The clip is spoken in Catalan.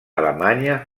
alemanya